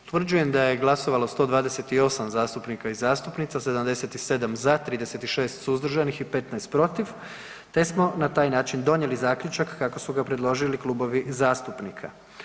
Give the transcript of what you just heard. Utvrđujem da je glasovalo 128 zastupnika i zastupnica, 77 bilo je za, 36 suzdržanih i 15 protiv te smo na taj način donijeli Zaključak kako su ga predložili klubovi zastupnika.